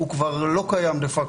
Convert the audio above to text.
כבר לא קיים דה פקטו.